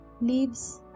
Leaves